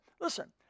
listen